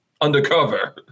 undercover